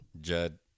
Judd